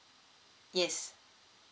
yes